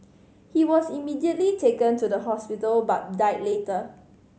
he was immediately taken to the hospital but died later